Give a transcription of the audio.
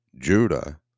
Judah